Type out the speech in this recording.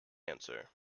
answer